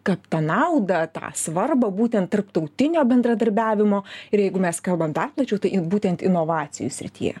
kad tą naudą tą svarbą būtent tarptautinio bendradarbiavimo ir jeigu mes kalbam dar plačiau tai būtent inovacijų srityje